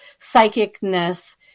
psychicness